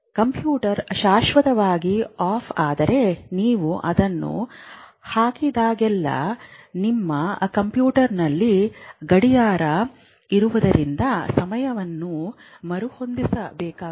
computer ಶಾಶ್ವತವಾಗಿ off ಆಗಿದ್ದರೆ ನೀವು ಅದನ್ನು ಹಾಕಿದಾಗಲೆಲ್ಲಾ ನಿಮ್ಮ ಕಂಪ್ಯೂಟರ್ನಲ್ಲಿ ಗಡಿಯಾರ ಇರುವುದರಿಂದ ಸಮಯವನ್ನು ಮರುಹೊಂದಿಸಬೇಕಾಗುತ್ತದೆ